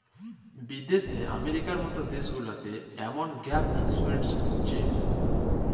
বিদ্যাশে আমেরিকার মত দ্যাশ গুলাতে এমল গ্যাপ ইলসুরেলস হছে